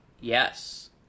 Yes